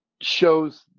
shows